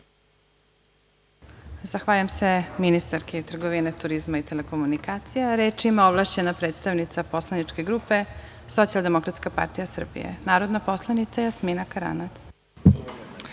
Zahvaljujem se ministarki trgovine, turizma i telekomunikacija. Reč ima ovlašćena predstavnica poslaničke grupe Socijaldemokratske partije Srbije, narodna poslanica Jasmina Karanac.